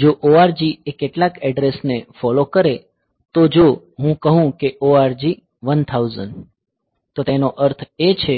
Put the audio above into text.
જો ORG એ કેટલાક એડ્રેસ ને ફોલો કરે તો જો હું કહું કે ORG 1000 તો તેનો અર્થ એ છે